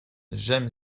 j’aime